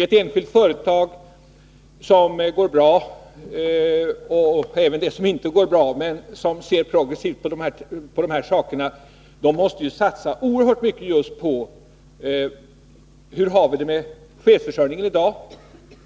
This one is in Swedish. Enskilda företag som går bra — ja, även andra, om man där ser progressivt på de här sakerna — satsar oerhört mycket just på chefsförsörjningen i dag